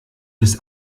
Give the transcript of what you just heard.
bis